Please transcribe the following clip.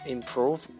Improve